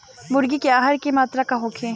मुर्गी के आहार के मात्रा का होखे?